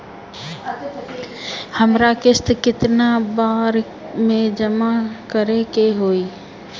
हमरा किस्त केतना बार में जमा करे के होई?